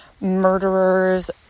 murderers